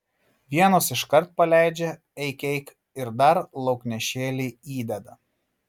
vienos iškart paleidžia eik eik ir dar lauknešėlį įdeda